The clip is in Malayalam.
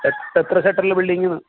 എത്ര സെക്ടറിൽ ഉള്ള ബിൽഡിങ്ങ് എന്ന്